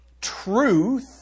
truth